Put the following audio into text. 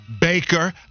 Baker